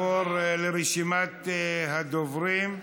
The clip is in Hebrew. נעבור לרשימת הדוברים.